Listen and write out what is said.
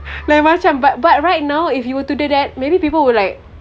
lain macam but but right now if you were to do that maybe people will like